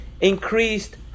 increased